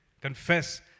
confess